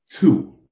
Two